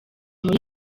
muri